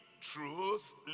truth